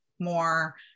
more